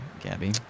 Gabby